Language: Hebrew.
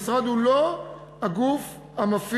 המשרד הוא לא הגוף המפעיל,